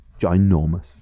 ginormous